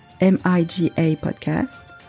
M-I-G-A-Podcast